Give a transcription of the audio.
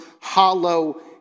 hollow